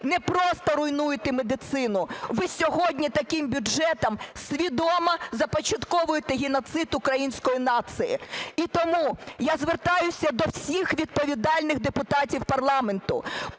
не просто руйнуєте медицину, ви сьогодні таким бюджетом свідомо започатковуєте геноцид української нації. І тому я звертаюся до всіх відповідальних депутатів парламенту,